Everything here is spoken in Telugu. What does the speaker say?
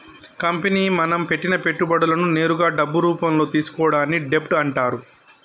కంపెనీ మనం పెట్టిన పెట్టుబడులను నేరుగా డబ్బు రూపంలో తీసుకోవడాన్ని డెబ్ట్ అంటరు